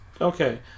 okay